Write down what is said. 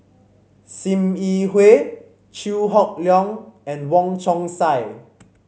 Sim Yi Hui Chew Hock Leong and Wong Chong Sai